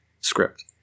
script